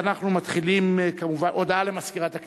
אנחנו מתחילים בהודעה למזכירת הכנסת.